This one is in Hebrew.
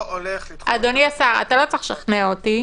אדוני השר, אתה לא צריך לשכנע אותי,